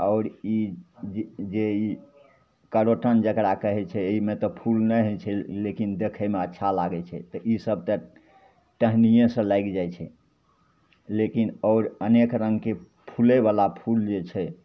आओर ई जे ई करोटन जकरा कहै छै एहिमे तऽ फूल नहि होइ छै लेकिन देखैमे अच्छा लागै छै तऽ ईसब तऽ टहनिएसे लागि जाइ छै लेकिन आओर अनेक रङ्गके फुलाइवला फूल जे छै